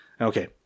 Okay